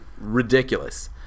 ridiculous